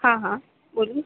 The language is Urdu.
ہاں ہاں بولیے